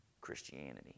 Christianity